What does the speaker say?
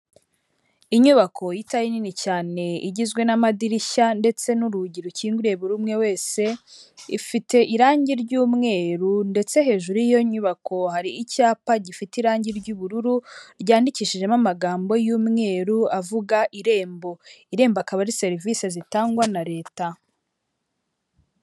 Inyubako itari nini cyane, igizwe n'amadirishya ndetse n'urugi rukinguriye buri umwe wese, ifite irangi ry'umweru, ndetse hejuru y'iyo nyubako hari icyapa gifite irangi ry'ubururu, ryandikishijemo amagambo y'umweru, avuga irembo. Iremba akaba ari serivise zitangwa na leta.